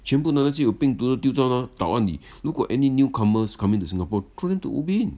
全部的那些有病毒的丢到那个岛 ah 你如果 any new comers coming to singapore throw them to ubin